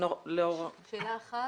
שאלה אחת,